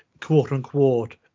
quote-unquote